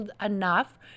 enough